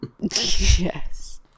Yes